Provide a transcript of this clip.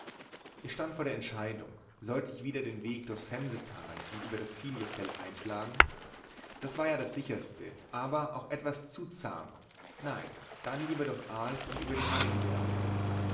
ich stand vor der entscheidung sollte ich wieder den weg durchs hemsetal und über das filefjell einschlagen das war ja das sicherste aber auch etwas zu zahm nein dann lieber durch l und über die